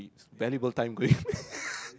belly bow tie